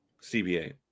CBA